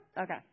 Okay